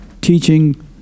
teaching